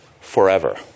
forever